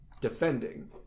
defending